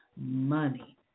money